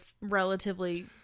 relatively